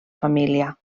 família